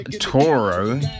Toro